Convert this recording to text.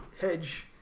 hedge